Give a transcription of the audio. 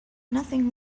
nothing